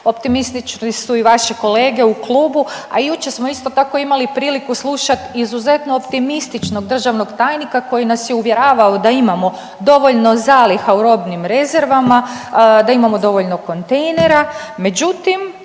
Optimistični su i vaši kolege u klubu, a jučer smo isto tako imali priliku slušati izuzetno optimističnog državnog tajnika koji nas je uvjeravao da imamo dovoljno zaliha u robnim rezervama, da imamo dovoljno kontejnera.